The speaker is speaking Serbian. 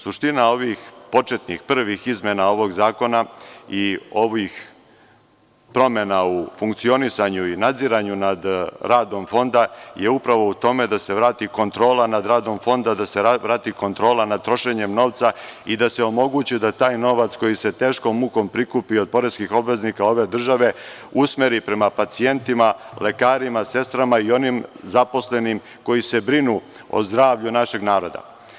Suština ovih početnih, prvih izmena ovog zakona i ovih promena u funkcionisanju i nadziranju nad radom Fonda upravo je u tome da se vrati kontrola nad radom Fonda, da se vrati kontrola nad trošenjem novca i da se omogući da taj novac koji se teškom mukom prikupio od poreskih obveznika ove države usmeri prema pacijentima, lekarima, sestrama i onim zaposlenim koji se brinu o zdravlju našeg naroda.